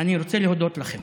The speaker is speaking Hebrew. אני רוצה להודות לכם.